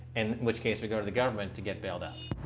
in which case we go to the government to get bailed out.